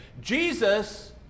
jesus